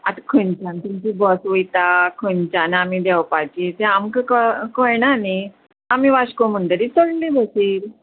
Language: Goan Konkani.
आतां खंयच्यान तुमची बस वयता खंयच्यान आमी देंवपाची तें आमकां क कळना न्ही आमी वास्को म्हणटरी चडली बसीन